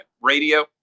radio